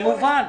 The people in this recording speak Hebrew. זה מובן.